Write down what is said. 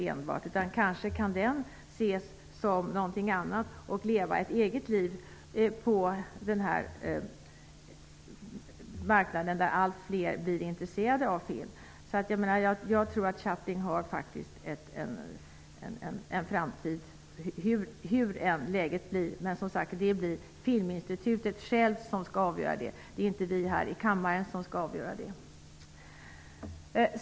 Den kan nog leva ett eget liv på den marknad där allt fler blir intresserade av film. Jag tror att Chaplin har en framtid hur än läget blir. Men, som sagt, det blir alltså Filminstitutet självt -- och inte vi här i kammaren -- som skall avgöra det.